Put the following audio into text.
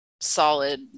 solid